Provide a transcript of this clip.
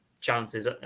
chances